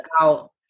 out